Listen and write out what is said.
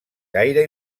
gaire